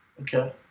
Okay